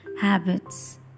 habits